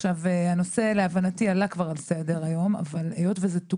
עזרתו באותם רגעים קשים ובמקביל לכך מסייע לגורמי אכיפת